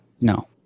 No